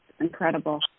incredible